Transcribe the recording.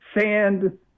sand